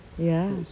ya